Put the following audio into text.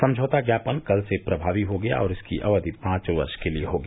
समझौता ज्ञापन कल से प्रभावी हो गया और इसकी अवधि पांच वर्ष के लिए होगी